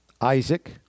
Isaac